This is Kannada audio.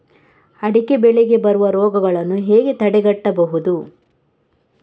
ಅಡಿಕೆ ಬೆಳೆಗೆ ಬರುವ ರೋಗಗಳನ್ನು ಹೇಗೆ ತಡೆಗಟ್ಟಬಹುದು?